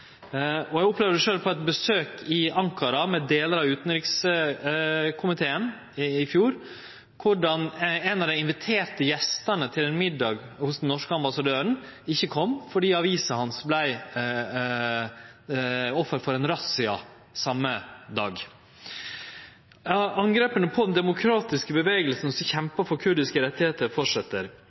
sine. Eg opplevde sjølv under eit besøk i Ankara med delar av utanrikskomiteen i fjor korleis ein av dei inviterte gjestene til ein middag hos den norske ambassadøren ikkje kom fordi avisa hans var offer for ein razzia same dag. Åtaka på den demokratiske rørsla som kjempar for kurdiske